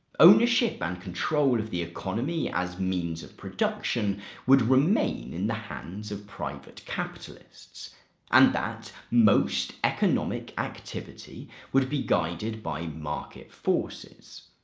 ownership and control of the economy as means of production would remain in the hands of private capitalists and that most economic activity would be guided by market forces'.